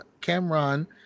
Cameron